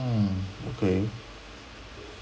mm okay